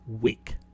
week